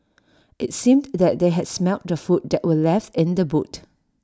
IT seemed that they had smelt the food that were left in the boot